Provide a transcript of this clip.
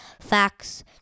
facts